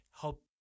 help